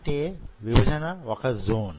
అంటే విభజన వొక జోన్